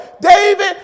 David